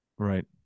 Right